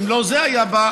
אם לא זה היה בא,